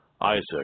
Isaac